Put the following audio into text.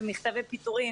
ומכתבי פיטורין